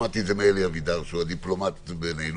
למדתי את זה מאלי אבידר, שהוא הדיפלומט בינינו.